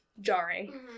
jarring